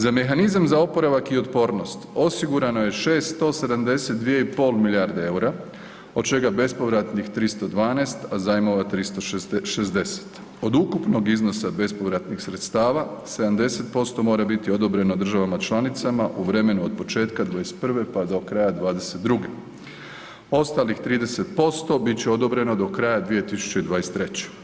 Za mehanizam za oporavak i otpornost osigurano je 672,5 milijarde eura od čega bespovratnih 312, a zajmova 360. od ukupnog iznosa bespovratnih sredstava 70% mora biti odobreno državama članicama u vremenu od početka 2021., pa do kraja 2022., ostalih 30% bit će odobreno do kraja 2023.